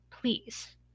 Please